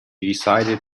decided